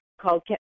called